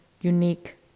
unique